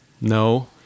No